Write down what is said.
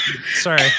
Sorry